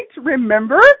remember